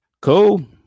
Cool